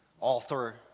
author